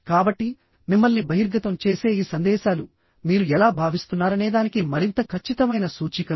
కాబట్టి మిమ్మల్ని బహిర్గతం చేసే ఈ సందేశాలు మీరు ఎలా భావిస్తున్నారనేదానికి మరింత ఖచ్చితమైన సూచికలు